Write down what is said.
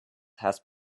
has